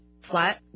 flat